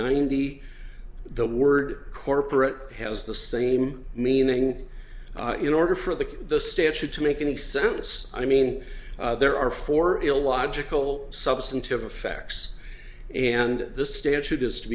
ninety the word corporate has the same meaning in order for the the statute to make any sense i mean there are four illogical substantive effects and the statute